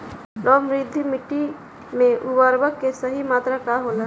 लौह समृद्ध मिट्टी में उर्वरक के सही मात्रा का होला?